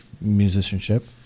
musicianship